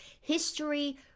History